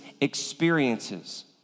experiences